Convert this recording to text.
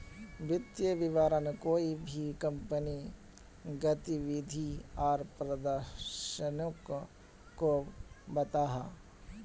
वित्तिय विवरण कोए भी कंपनीर गतिविधि आर प्रदर्शनोक को बताहा